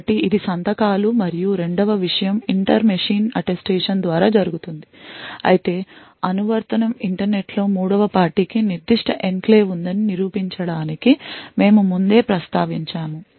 కాబట్టి ఇది సంతకాలు మరియు రెండవ విషయం ఇంటర్ మెషిన్ అటెస్టేషన్ ద్వారా జరుగుతుంది అయితే అనువర్తనం ఇంటర్నెట్లో మూడవ పార్టీకి నిర్దిష్ట ఎన్క్లేవ్ ఉందని నిరూపించడానికి మేము ముందే ప్రస్తావించాము